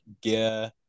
gear